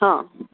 હા